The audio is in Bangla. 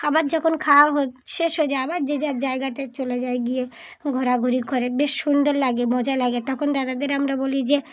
আবার যখন খাওয়া হল শেষ হয়ে যায় আবার যে যার জায়গাতে চলে যায় গিয়ে ঘোরাঘুরি করে বেশ সুন্দর লাগে মজা লাগে তখন দাদাদের আমরা বলি যে